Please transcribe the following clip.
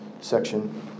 section